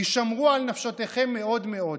הישמרו על נפשותיכם מאוד מאוד.